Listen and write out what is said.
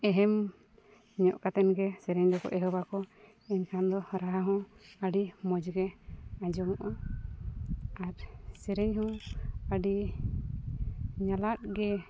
ᱮᱦᱮᱢ ᱧᱚᱜ ᱠᱟᱛᱮᱫᱼᱜᱮ ᱥᱮᱨᱮᱧ ᱫᱚᱠᱚ ᱮᱦᱚᱵᱟᱠᱚ ᱮᱱᱠᱷᱟᱱ ᱫᱚ ᱨᱟᱦᱟ ᱦᱚᱸ ᱟᱹᱰᱤ ᱢᱚᱡᱽᱜᱮ ᱟᱸᱡᱚᱢᱚᱜᱼᱟ ᱟᱨ ᱥᱮᱨᱮᱧ ᱦᱚᱸ ᱟᱹᱰᱤ ᱧᱟᱞᱟᱫ ᱜᱮ